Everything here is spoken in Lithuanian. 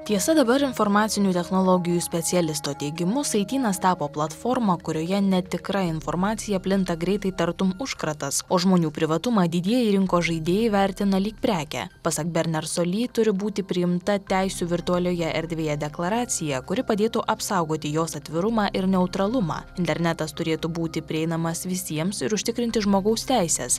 tiesa dabar informacinių technologijų specialisto teigimu saitynas tapo platforma kurioje netikra informacija plinta greitai tartum užkratas o žmonių privatumą didieji rinkos žaidėjai vertina lyg prekę pasak bernerso ly turi būti priimta teisių virtualioje erdvėje deklaracija kuri padėtų apsaugoti jos atvirumą ir neutralumą internetas turėtų būti prieinamas visiems ir užtikrinti žmogaus teises